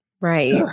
Right